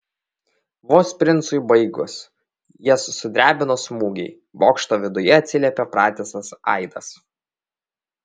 vos princui baigus jas sudrebino smūgiai bokšto viduje atsiliepė pratisas aidas